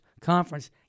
conference